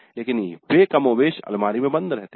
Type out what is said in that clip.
लेकिन वे कमोबेश अलमारियों में बंद रहते हैं